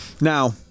Now